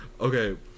Okay